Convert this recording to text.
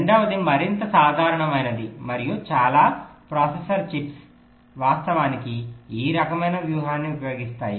రెండవది మరింత సాధారణమైనది మరియు చాలా ప్రాసెసర్ చిప్స్ వాస్తవానికి ఈ రకమైన వ్యూహాన్ని ఉపయోగిస్తాయి